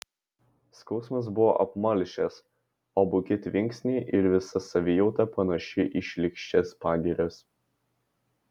skausmas buvo apmalšęs o buki tvinksniai ir visa savijauta panaši į šlykščias pagirias